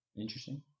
Interesting